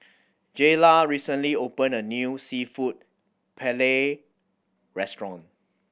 Jayla recently opened a new Seafood Paella Restaurant